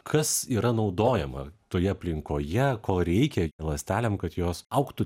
kas yra naudojama toje aplinkoje ko reikia ląstelėm kad jos augtų